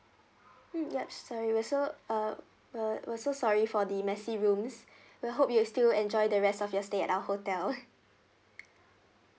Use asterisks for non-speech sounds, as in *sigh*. mm ya so sorry we're so uh uh we're so sorry for the messy rooms *breath* we hope you'll still enjoy the rest of your stay at our *laughs* hotel